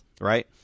right